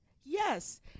Yes